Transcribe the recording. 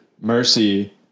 Mercy